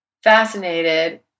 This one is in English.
fascinated